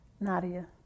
Nadia